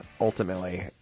ultimately